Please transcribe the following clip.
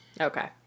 Okay